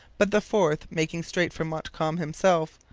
but the fourth, making straight for montcalm himself,